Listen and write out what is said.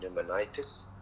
pneumonitis